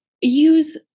use